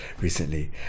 recently